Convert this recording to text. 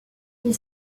ils